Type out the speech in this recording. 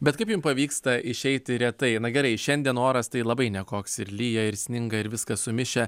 bet kaip jum pavyksta išeiti retai na gerai šiandien oras tai labai nekoks ir lyja sninga ir viskas sumišę